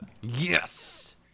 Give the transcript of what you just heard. Yes